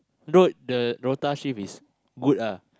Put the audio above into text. though the rota shift is good ah